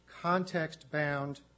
context-bound